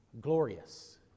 glorious